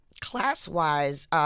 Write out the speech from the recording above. Class-wise